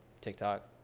TikTok